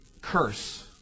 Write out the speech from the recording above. curse